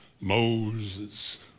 Moses